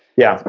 yeah, but